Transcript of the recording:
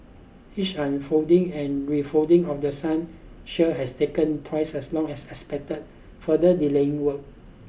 each unfolding and refolding of the sun shield has taken twice as long as expected further delaying work